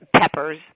peppers